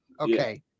Okay